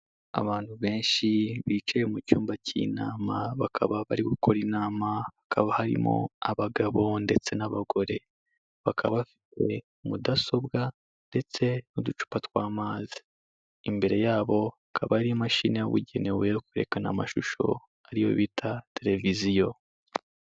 Abantu benshi bicaye mu cyumba cy'inama, bakaba bari gukora inama, hakaba harimo abagabo ndetse n'abagore, bakaba bafite mudasobwa ndetse n'uducupa tw'amazi, imbere yabo hakaba hari imashini yabugenewe yo kwerekana amashusho ari yo bita televiziyo.